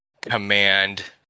command